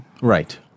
Right